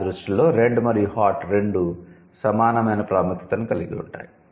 నా దృష్టిలో 'రెడ్' మరియు 'హాట్' రెండూ సమానమైన ప్రాముఖ్యతను కలిగి ఉంటాయి